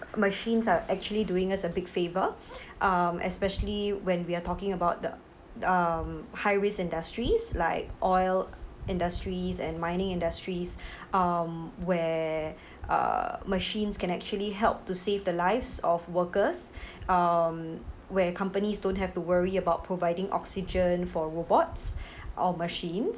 machines are actually doing us a big favour um especially when we are talking about the um high risk industries like oil industries and mining industries um where uh machines can actually help to save the lives of workers um where companies don't have to worry about providing oxygen for robots or machines